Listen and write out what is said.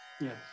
Yes